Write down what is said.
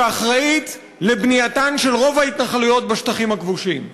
שאחראית לבנייתן של רוב ההתנחלויות בשטחים הכבושים.